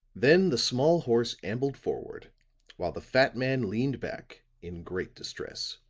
then the small horse ambled forward while the fat man leaned back in great distress.